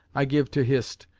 i give to hist,